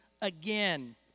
again